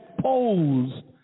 posed